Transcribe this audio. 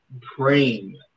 praying